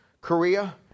Korea